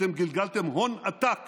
אתם גלגלתם הון עתק